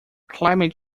climate